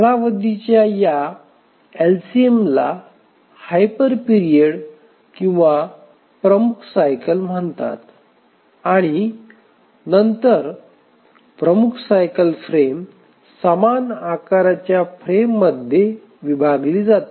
कालावधीच्या या एलसीएम ला हायपर पीरियड किंवा प्रमुख सायकल म्हणतात आणि नंतर प्रमुख सायकल फ्रेम समान आकाराच्या फ्रेममध्ये विभागले जाते